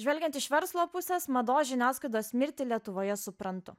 žvelgiant iš verslo pusės mados žiniasklaidos mirtį lietuvoje suprantu